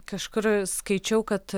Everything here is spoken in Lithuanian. kažkur skaičiau kad